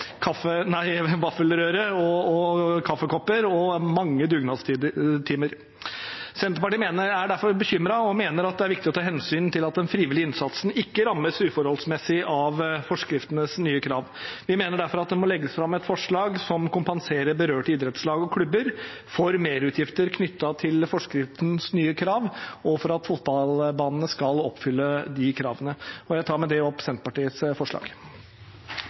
vaffelrøre, kaffekopper og mange dugnadstimer. Senterpartiet er derfor bekymret og mener det er viktig å ta hensyn til at den frivillige innsatsen ikke rammes uforholdsmessig av forskriftens nye krav. Vi mener derfor det må legges fram et forslag som kompenserer berørte idrettslag og klubber for merutgifter knyttet til forskriftens nye krav, og for at fotballbanene skal oppfylle de kravene. Jeg tar med det opp Senterpartiets forslag.